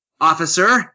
officer